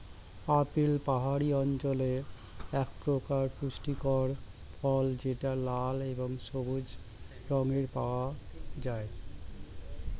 apple পাহাড়ি অঞ্চলের একপ্রকার পুষ্টিকর ফল যেটা লাল এবং সবুজ রঙে পাওয়া যায়